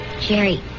Jerry